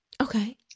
Okay